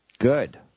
Good